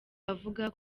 avuga